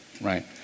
Right